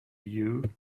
you